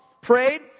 prayed